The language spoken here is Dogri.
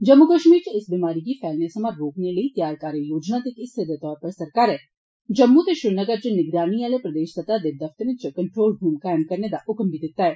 जम्मू कश्मीर च इस बमारी गी फैलने थमां रोकने लेई तैयार कार्य योजन दे इक हिस्से दे तौरा पर सरकारै जम्मू ते श्रीनगर च निगरानी आहले प्रदेश स्तर दे दफ्तरें च कन्ट्रोल रूम कायम करने दा ह्क्म बी दित्ता ऐ